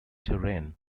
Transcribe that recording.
terrain